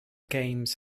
games